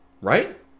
right